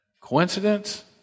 Coincidence